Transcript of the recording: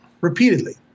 repeatedly